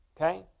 Okay